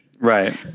Right